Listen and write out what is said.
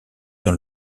dans